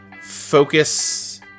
focus